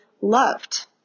loved